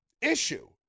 issue